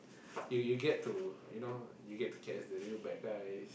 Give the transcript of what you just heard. if you get to you know get to catch the real bad guy